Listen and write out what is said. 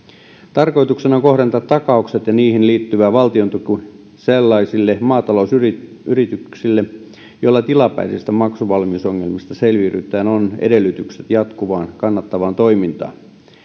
tarkoituksena on kohdentaa takaukset ja niihin liittyvä valtiontuki sellaisille maatalousyrityksille joilla tilapäisistä maksuvalmiusongelmista selviydyttyään on edellytykset jatkuvaan kannattavaan toimintaan